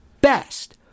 best